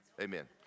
Amen